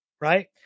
right